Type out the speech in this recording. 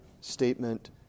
statement